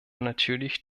natürlich